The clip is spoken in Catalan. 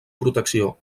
protecció